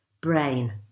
brain